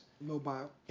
Mobile